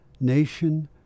Nation